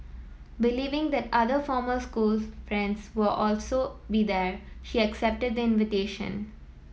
believing that other former school friends would also be there she accepted the invitation